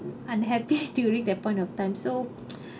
unhappy during that point of time so